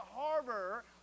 harbor